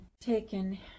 taken